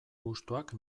gustuak